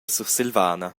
sursilvana